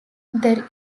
there